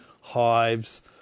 hives